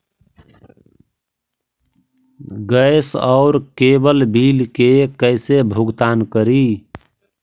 Gas और cable bill के कैसे भुगतान करी?